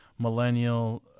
millennial